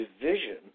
division